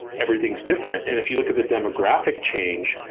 everything's different. and if you look at the demographic change,